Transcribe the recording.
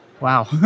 Wow